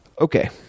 okay